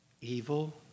Evil